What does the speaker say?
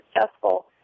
successful